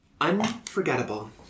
Unforgettable